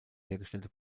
hergestellte